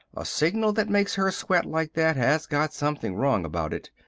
a signal that makes her sweat like that has got something wrong about it.